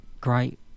great